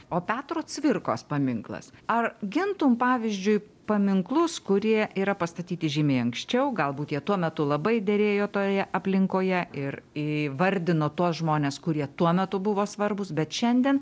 o petro cvirkos paminklas ar gintum pavyzdžiui paminklus kurie yra pastatyti žymiai anksčiau galbūt jie tuo metu labai derėjo toje aplinkoje ir įvardino tuos žmones kurie tuo metu buvo svarbūs bet šiandien